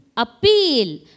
Appeal